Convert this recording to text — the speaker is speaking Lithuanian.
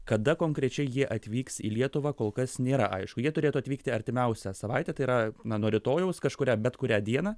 kada konkrečiai jie atvyks į lietuvą kol kas nėra aišku jie turėtų atvykti artimiausią savaitę tai yra na nuo rytojaus kažkurią bet kurią dieną